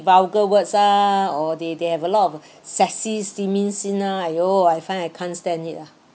vulgar words ah or they they have a lot of sexy steamy scenes ah !aiyo! I find I can't stand it ah